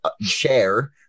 share